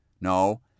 No